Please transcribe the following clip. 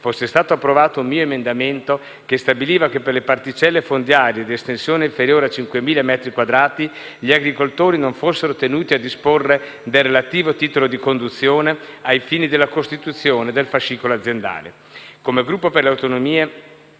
fosse stato approvato un mio emendamento che stabiliva che, per le particelle fondiarie di estensione inferiore a 5.000 metri quadrati, gli agricoltori non fossero tenuti a disporre del relativo titolo di conduzione ai fini della costituzione del fascicolo aziendale. Come Gruppo Per le Autonomie,